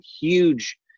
huge